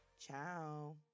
Ciao